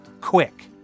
quick